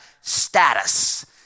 status